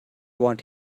want